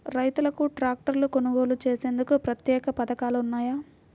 రైతులకు ట్రాక్టర్లు కొనుగోలు చేసేందుకు ప్రత్యేక పథకాలు ఉన్నాయా?